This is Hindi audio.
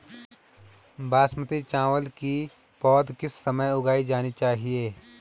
बासमती चावल की पौध किस समय उगाई जानी चाहिये?